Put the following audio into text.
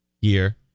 year